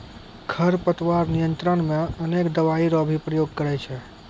खरपतवार नियंत्रण मे अनेक दवाई रो भी प्रयोग करे छै